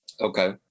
Okay